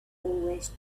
always